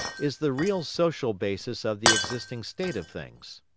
is the real social basis of the existing state of things.